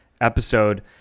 episode